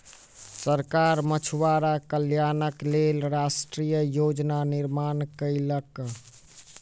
सरकार मछुआरा कल्याणक लेल राष्ट्रीय योजना निर्माण कयलक